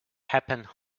happen